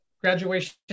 graduation